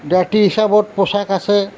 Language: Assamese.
জাতি হিচাপত পোচাক আছে